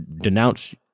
denounce